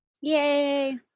Yay